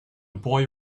boy